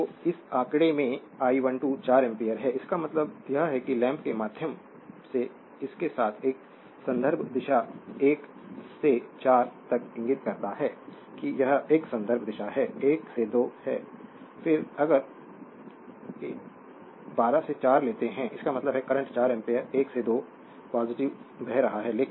slide समय देखें 2612 तो इस आंकड़े में I12 4 एम्पीयर है इसका मतलब यह है कि लैंप के माध्यम से इसके साथ एक संदर्भ दिशा 1 से 2 तक इंगित करता है कि यह एक संदर्भ दिशा 1 से 2 है कि अगर 12 से 4 लेते हैं इसका मतलब है करंट 4 एम्पियर 1 से 2 पॉजिटिव बह रहा है